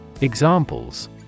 Examples